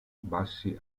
bassi